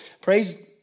praise